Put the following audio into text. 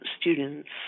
students